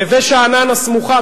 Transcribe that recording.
נווה-שאנן הסמוכה,